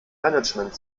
management